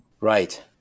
Right